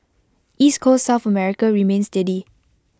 East Coast south America remained steady